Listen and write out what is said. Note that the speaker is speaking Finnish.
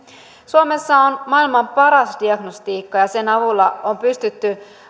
suomessa on maailman paras diagnostiikka ja sen avulla on pystytty